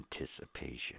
anticipation